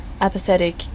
apathetic